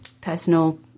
personal